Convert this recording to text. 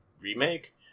Remake